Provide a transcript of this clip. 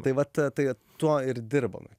tai vat tai tuo ir dirbam